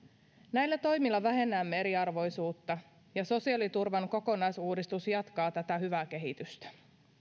näillä toimilla vähennämme eriarvoisuutta ja sosiaaliturvan kokonaisuudistus jatkaa tätä hyvää kehitystä